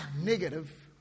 negative